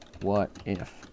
what-if